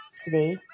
today